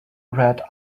red